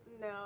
No